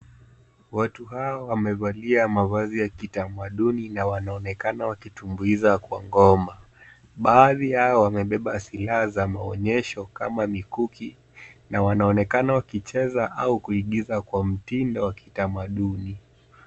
Watu hawa wamevalia mavazi ya kitamaduni na wanaonekana wakitumbuiza kwa ngoma. Baadhi yao wamebeba silaha za maonyesho kama mikuki na wanaonekana wakicheza au kuigiza kwa mtindo wa kitamaduni.